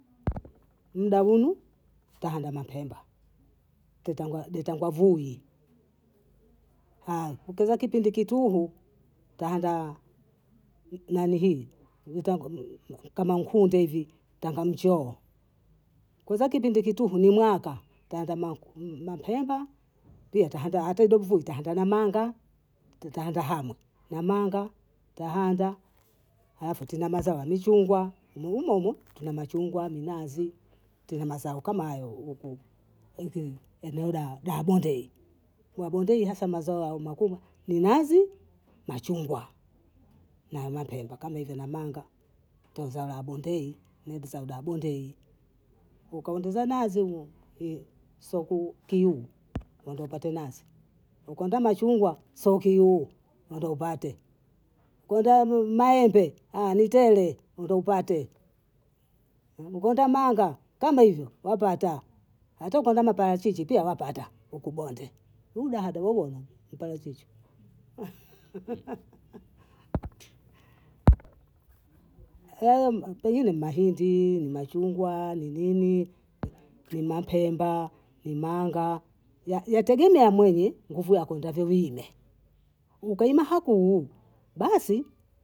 Mdawumu taanda mapemba, detagwa vuli aya ukiweza kipindiki tuhu, tanda nani hii kama nkunde hivi tanga mchoo, kwanza kipindi kituhu ni mwaka, tanga mapemba pia tanda namanga, tutanda hama, Namanga, tahanda, afu tina mazao ya michungwa umoumo, tuna machungwa, minazi, tuna mazao kama hayo eneo la Bondei. Wabondei hasa mazao yao makubwa ni nazi, machungwa na mapemba kama hivyo namanga, taza la Bondei midsa da Bondei, ukaondeza nazi humo soku kiu we ndo upate nazi, nkwamba machungwa sio kiu mwenda upate, kwendamu maembe ni tele ndo upate, kwenda manga kama hivi wapata hata ukihanda maparachichi pia wapata huku Bonde, huudada wawona mparachichi pengine mahindi, machungwa, ni nini, ni mapemba, ni manga, yategemea mwenye nguvu yako indavyoviime, ukaime hakuu basi.